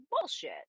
bullshit